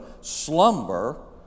slumber